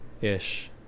ish